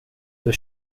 the